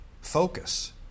focus